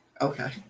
Okay